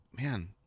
man